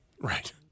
Right